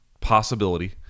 possibility